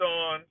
on